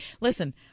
Listen